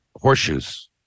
horseshoes